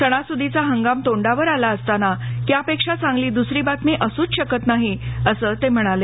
सणासुदीचा हंगाम तोंडावर आला असताना यापेक्षा चांगली दुसरी बातमी असूच शकत नाही असं ते म्हणाले